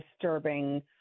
disturbing